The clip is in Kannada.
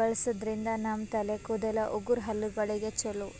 ಬಳಸಾದ್ರಿನ್ದ ನಮ್ ತಲೆ ಕೂದಲ, ಉಗುರ್, ಹಲ್ಲಗಳಿಗ್ ಛಲೋ